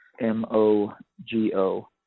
M-O-G-O